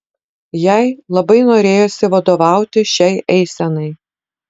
jai labai norėjosi vadovauti šiai eisenai